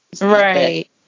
Right